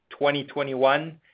2021